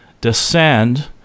descend